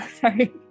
Sorry